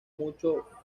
mucho